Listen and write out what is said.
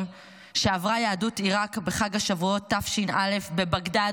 שעברה יהדות עיראק בחג השבועות תש"א בבגדד,